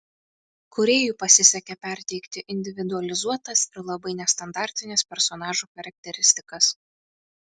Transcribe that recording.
kūrėjui pasisekė perteikti individualizuotas ir labai nestandartines personažų charakteristikas